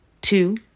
two